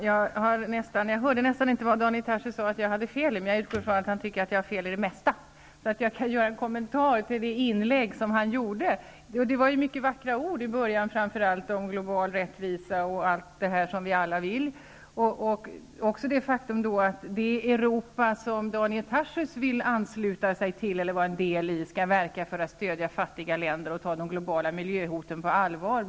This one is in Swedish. Herr talman! Jag hörde inte riktigt vad Daniel Tarschys sade att jag hade fel i, men jag utgår från att han tycker att jag har fel i det mesta. Jag skall därför göra en kommentar till det inlägg han gjorde. Det var, framför allt i början, mycket vackra ord om global rättvisa och allt annat som vi alla vill ha. Han talade också om att det Europa som han vill ansluta sig till eller vara en del i skall verka för att stödja fattiga länder och ta de globala miljöhoten på allvar.